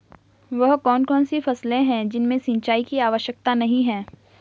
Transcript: वह कौन कौन सी फसलें हैं जिनमें सिंचाई की आवश्यकता नहीं है?